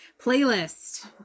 Playlist